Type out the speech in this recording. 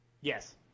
Yes